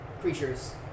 creatures